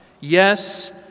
Yes